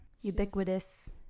ubiquitous